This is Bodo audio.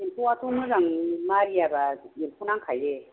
एम्फौआथ' मोजां मारियाबा एम्फौ नांखायो